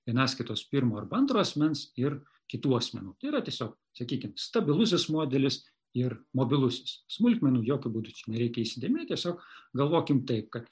vienaskaitos pirmo arba antro asmens ir kitų asmenų tai yra tiesiog sakykim stabilusis modelis ir mobilusis smulkmenų jokiu būdu nereikia įsidėmėt tiesiog galvokim taip kad